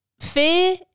fear